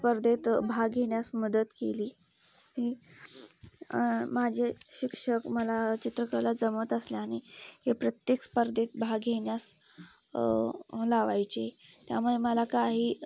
स्पर्धेत भाग घेण्यास मदत केली माझे शिक्षक मला चित्रकला जमत असल्याने ते प्रत्येक स्पर्धेत भाग घेण्यास लावायचे त्यामुळे मला काही